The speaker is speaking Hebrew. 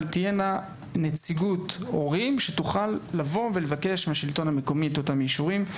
אבל תהיה נציגות הורים שתוכל לבקש מהשלטון המקומי את אותם אישורים.